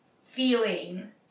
feeling